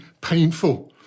painful